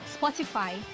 Spotify